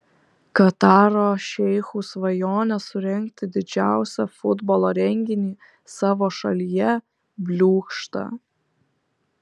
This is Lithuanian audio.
kataro šeichų svajonė surengti didžiausią futbolo renginį savo šalyje bliūkšta